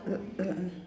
err err err